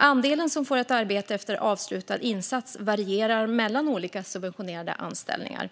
Andelen som får ett arbete efter avslutad insats varierar mellan olika subventionerade anställningar.